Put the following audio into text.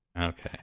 Okay